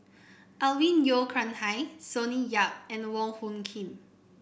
Alvin Yeo Khirn Hai Sonny Yap and Wong Hung Khim